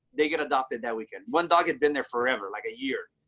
they get adopted that weekend. one dog had been there forever, like a year.